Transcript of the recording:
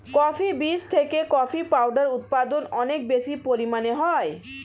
coffee বীজ থেকে coffee powder উৎপাদন অনেক বেশি পরিমাণে হয়